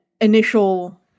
initial